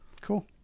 cool